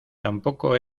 tampoco